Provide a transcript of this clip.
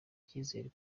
icyizere